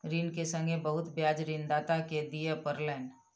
ऋण के संगै बहुत ब्याज ऋणदाता के दिअ पड़लैन